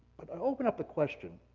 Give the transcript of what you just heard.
but i'll open up the question,